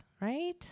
right